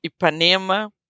Ipanema